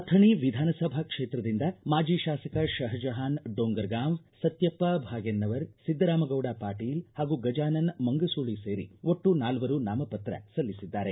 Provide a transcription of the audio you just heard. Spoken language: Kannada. ಅಥಣಿ ವಿಧಾನಸಭಾ ಕ್ಷೇತ್ರದಿಂದ ಮಾಜಿ ಶಾಸಕ ಶಹಜಹಾನ್ ಡೋಂಗರ್ಗಾಂವ್ ಸತ್ತಪ್ಪ ಭಾಗನ್ನವರ ಸಿದ್ದರಾಮಗೌಡ ಪಾಟೀಲ ಹಾಗೂ ಗಜಾನನ ಮಂಗಸೂಳಿ ಸೇರಿ ಒಟ್ಟು ನಾಲ್ವರು ನಾಮಪತ್ರ ಸಲ್ಲಿಸಿದ್ದಾರೆ